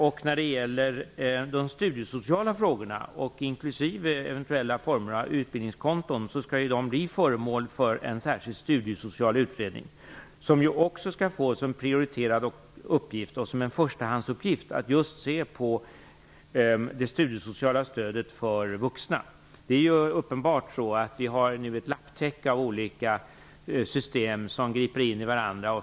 Vad gäller de studiesociala frågorna, inklusive eventuella former av utbildningskonton, skall dessa bli föremål för en särskild studiesocial utredning, en utredning som skall få som prioriterad förstahandsuppgift att se närmare på det studiesociala stödet för vuxna. Det är uppenbart att vi har ett lapptäcke av olika system som griper in i varandra.